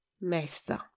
Messa